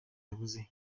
yabuze